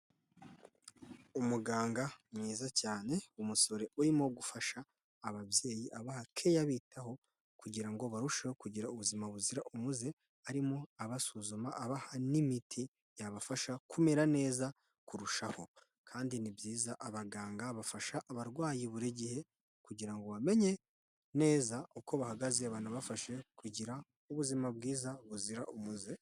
Umuganga mwiza cyane w'umusore urimo gufasha ababyeyi abaha care abitaho kugira ngo barusheho kugira ubuzima buzira umuze, arimo abasuzuma abaha n'imiti yabafasha kumera neza kurushaho, kandi ni byiza abaganga bafasha abarwayi buri gihe kugira ngo bamenye neza uko bahagaze banabafashe kugira ubuzima bwiza buzira umuze.